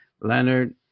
Leonard